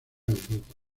europa